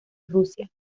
rusia